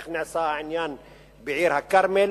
איך נעשה העניין בעיר-הכרמל.